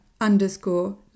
underscore